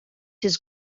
his